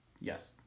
Yes